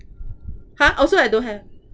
!huh! also I don't have